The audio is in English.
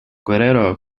guerrero